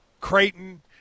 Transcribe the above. Creighton